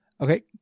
Okay